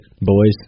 boys